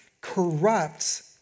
corrupts